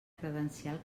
credencial